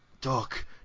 doc